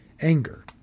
anger